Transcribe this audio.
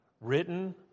written